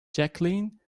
jacqueline